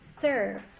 serve